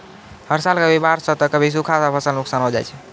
हर साल कभी बाढ़ सॅ त कभी सूखा सॅ फसल नुकसान होय जाय छै